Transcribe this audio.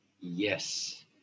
Yes